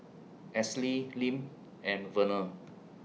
Esley Lim and Verner